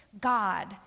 God